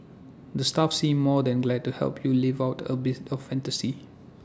the staff seem more than glad to help you live out A bits of fantasy